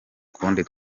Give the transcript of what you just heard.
kundi